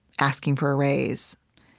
asking for a raise,